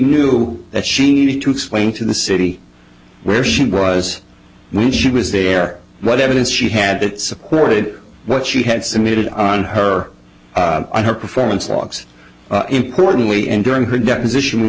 knew that she needed to explain to the city where she was when she was there what evidence she had that supported what she had submitted on her and her performance logs importantly and during her deposition we